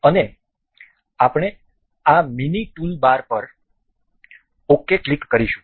અને આપણે આ મિનિ ટૂલબાર પર ok ક્લિક કરીશું